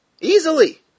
Easily